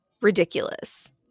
ridiculous